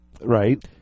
Right